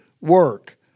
work